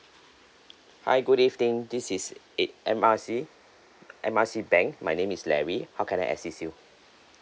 hi good evening this is it e~ M R C M R C bank my name is larry how can I assist you